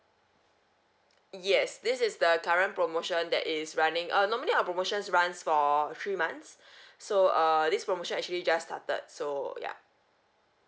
yes this is the current promotion that is running uh normally our promotions runs for three months so err this promotion actually just started so ya